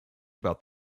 about